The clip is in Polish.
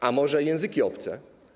A może języki obce?